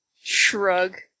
Shrug